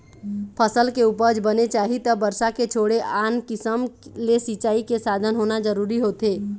फसल के उपज बने चाही त बरसा के छोड़े आन किसम ले सिंचई के साधन होना जरूरी होथे